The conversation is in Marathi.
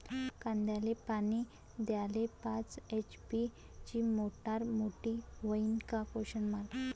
कांद्याले पानी द्याले पाच एच.पी ची मोटार मोटी व्हईन का?